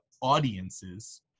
audiences